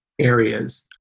areas